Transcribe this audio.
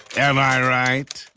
am i right.